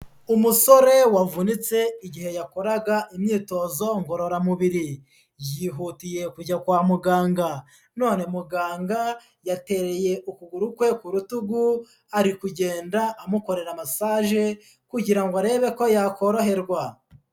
Umusore wavunitse igihe yakoraga imyitozo ngororamubiri. Yihutiye kujya kwa muganga none muganga yatereye ukuguru kwe ku rutugu, ari kugenda amukorera masaje kugira ngo arebe ko yakoroherwa.